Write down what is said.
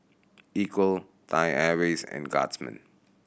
Equal Thai Airways and Guardsman